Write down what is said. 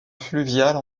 fluviale